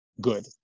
good